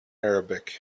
arabic